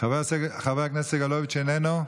חבר הכנסת סגלוביץ' איננו?